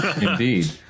Indeed